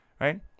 right